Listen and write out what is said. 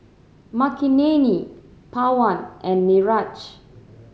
Makineni Pawan and Niraj